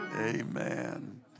Amen